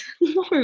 no